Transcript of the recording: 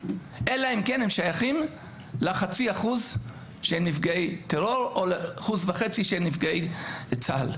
אלא אם כן הם שייכים ל-0.5% שהם נפגעי טרור או ל-1.5% של נפגעי צה"ל.